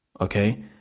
okay